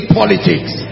politics